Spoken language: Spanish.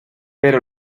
pero